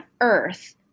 Earth